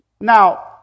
Now